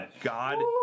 God